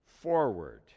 forward